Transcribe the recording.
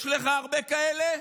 יש לך הרבה כאלה?